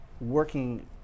working